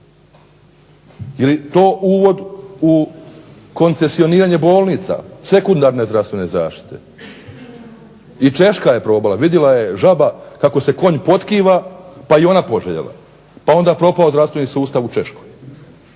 li to uvod u koncesioniranje bolnica, sekundarne zdravstvene zaštite? I Češka je probala, vidjela je žaba kako se konj potkiva pa i ona poželjela pa onda propao zdravstveni sustav u Češkoj.